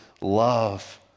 love